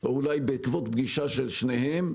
או אולי בעקבות פגישה של שניהם?